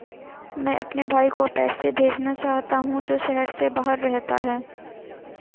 मैं अपने भाई को पैसे भेजना चाहता हूँ जो शहर से बाहर रहता है